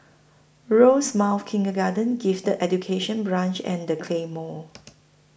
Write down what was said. Rosemount Kindergarten Gifted Education Branch and The Claymore